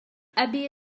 أبي